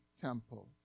temple